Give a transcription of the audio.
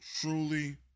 truly